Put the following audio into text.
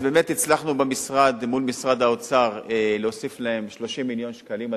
אז באמת הצלחנו במשרד מול משרד האוצר להוסיף להם 30 מיליון שקלים,